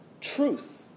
truth